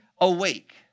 awake